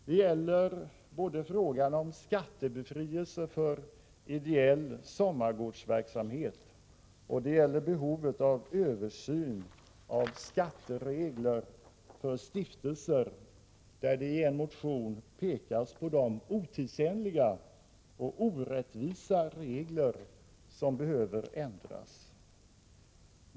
Det gäller både frågan om skattebefrielse för ideell sommargårdsverksamhet och behovet av översyn av skatteregler för stiftelser, där det i en motion pekas på otidsenliga och orättvisa regler som behöver ändras.